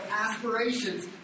aspirations